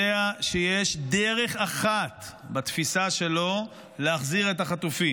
יודע שיש דרך אחת בתפיסה שלו להחזיר את החטופים.